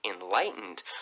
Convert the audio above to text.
enlightened